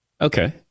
Okay